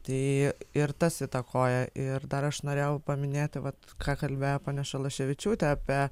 tai ir tas įtakoja ir dar aš norėjau paminėti vat ką kalbėjo ponia šalaševičiūtė apie